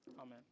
amen